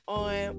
on